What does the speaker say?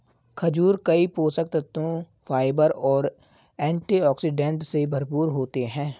खजूर कई पोषक तत्वों, फाइबर और एंटीऑक्सीडेंट से भरपूर होते हैं